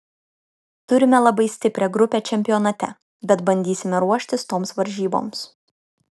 turime labai stiprią grupę čempionate bet bandysime ruoštis toms varžyboms